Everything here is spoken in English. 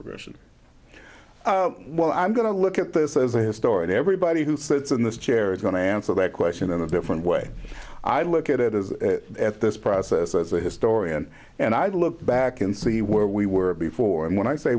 aggression well i'm going to look at this as a historian everybody who sits in this chair is going to answer that question in a different way i look at it as this process as a historian and i look back and see where we were before and when i say